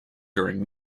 during